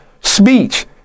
speech